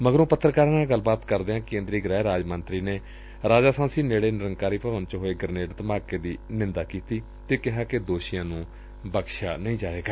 ਮਗਰੋਂ ਪੱਤਰਕਾਰਾਂ ਨਾਲ ਗੱਲਬਾਤ ਕਰਦਿਆਂ ਕੇਂਦਰੀ ਗ੍ਰਹਿ ਰਾਜ ਮੰਤਰੀ ਨੇ ਰਾਜਸਾਂਸੀ ਨੇੜੇ ਨਿਰੰਕਾਰੀ ਭਵਨ ਚ ਹੋਏ ਗਰਨੇਡ ਧਮਾਕੇ ਦੀ ਨਿੰਦਾ ਕੀਤੀ ਅਤੇ ਕਿਹਾ ਕਿ ਦੋਸ਼ੀਆਂ ਨੁੰ ਬਖਸ਼ਿਆ ਨਹੀਂ ਜਾਏਗਾ